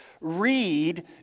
read